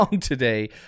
today